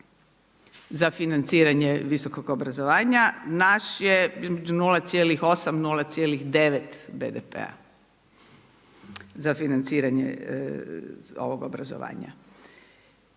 za financiranje visokog obrazovanja, naš je između 0,8, 0,9 BDP-a za financiranje ovog obrazovanja.